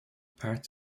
parts